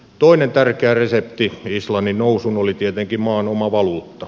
toinen tärkeä resepti islannin nousuun oli tietenkin maan oma valuutta